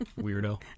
Weirdo